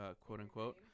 quote-unquote